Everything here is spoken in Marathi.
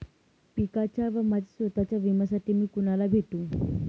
पिकाच्या व माझ्या स्वत:च्या विम्यासाठी मी कुणाला भेटू?